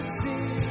see